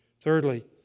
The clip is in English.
Thirdly